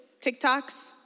tiktoks